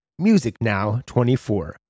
MUSICNOW24